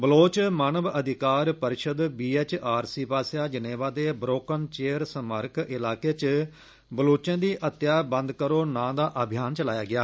बलूच मानव अधिकार परिषद पास्सेआ जनेवा दे ब्रोकन चेयर स्मारक इलाके च ''बलूचें दी हत्या बंद करो'' नां दा अभियान चलाया गेआ